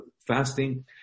fasting